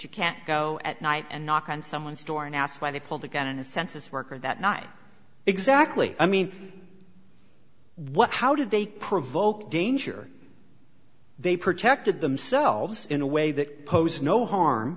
you can't go at night and knock on someone's door and ask why they pulled a gun in a census worker that night exactly i mean what how did they provoke danger they protected themselves in a way that posed no harm